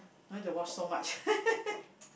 no need to wash so much